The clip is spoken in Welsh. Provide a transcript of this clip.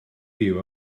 byw